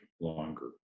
longer